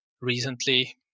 recently